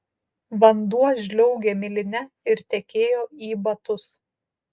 vanduo žliaugė miline ir tekėjo į batus